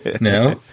no